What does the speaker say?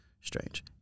strange